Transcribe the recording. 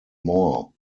more